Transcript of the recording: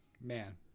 Man